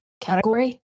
category